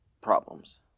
problems